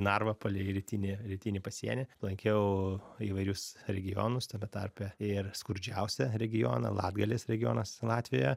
narvą palei rytinį rytinį pasienį lankiau įvairius regionus tame tarpe ir skurdžiausią regioną latgalės regionas latvijoje